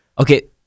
Okay